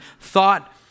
thought